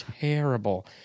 terrible